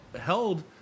held